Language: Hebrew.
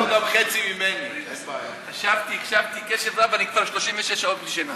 אני כבר 36 שעות בלי שינה.